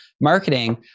marketing